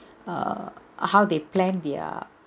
err how they plan their